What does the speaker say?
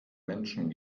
menschen